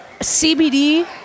CBD